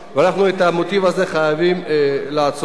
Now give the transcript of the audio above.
ואנחנו את המוטיב הזה חייבים לעצור.